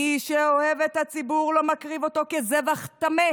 מי שאוהב את הציבור לא מקריב אותו כזבח טמא